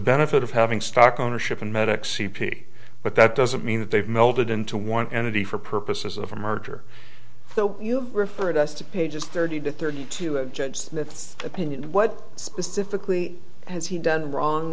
benefit of having stock ownership and medics e p but that doesn't mean that they've melded into one entity for purposes of a merger so you referred us to pages thirty to thirty two and judge smith's opinion what specifically has he done wrong